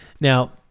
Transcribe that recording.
Now